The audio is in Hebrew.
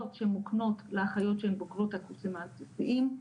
שמוקנות לאחיות שהן בוגרות הקורסים העל בסיסיים,